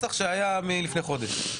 זה אותו נוסח שהיה לפני חודש.